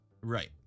Right